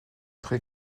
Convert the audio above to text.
très